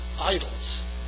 idols